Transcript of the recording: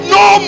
no